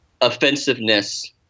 offensiveness